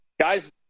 Guys